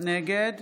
נגד